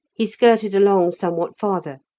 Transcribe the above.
he skirted along somewhat farther,